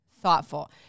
thoughtful